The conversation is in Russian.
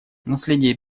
наследие